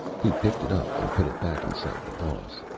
he picked it up and put it back inside the boss.